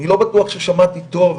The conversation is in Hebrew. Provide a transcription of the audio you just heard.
אני לא בטוח ששמעתי טוב,